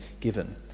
given